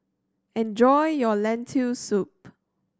enjoy your Lentil Soup